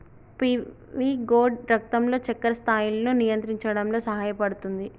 PV gourd రక్తంలో చక్కెర స్థాయిలను నియంత్రించడంలో సహాయపుతుంది